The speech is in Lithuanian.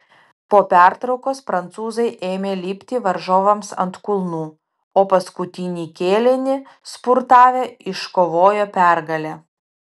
po pertraukos prancūzai ėmė lipti varžovams ant kulnų o paskutinį kėlinį spurtavę iškovojo pergalę